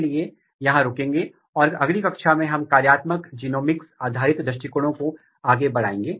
हम यहां रुकेंगे और अगली कक्षा में हम पौधों के विकास के अगले अध्याय की शुरुआत करेंगे